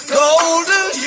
golden